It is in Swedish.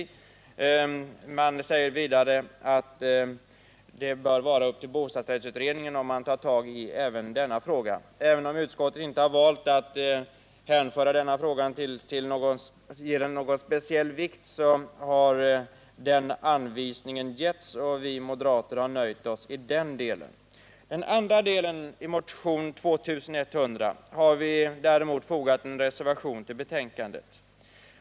Utskottet säger vidare att det bör vara upp till bostadsrättsutredningen att avgöra om den skall ta tag i också denna fråga. Även om utskottet inte har valt att ge den här frågan någon speciell vikt har alltså denna anvisning getts, och vi moderater har nöjt oss med detta i den delen. I fråga om den andra delen av motionen 2100 har vi däremot fogat en reservation till betänkandet.